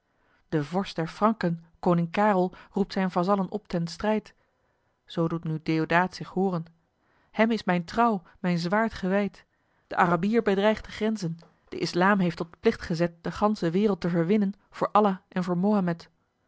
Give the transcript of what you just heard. de vorst der franken koning karel roept zijn vazallen op ten strijd zoo doet nu deodaat zich hooren hem is mijn trouw mijn zwaard gewijd de arabier bedreigt de grenzen de islam heeft tot plicht gezet de gansche wereld te verwinnen voor allah en